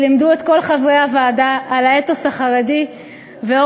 שלימדו את כל חברי הוועדה על האתוס החרדי ועל